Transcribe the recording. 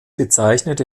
bezeichnet